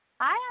Hi